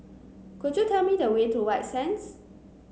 could you tell me the way to White Sands